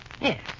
Yes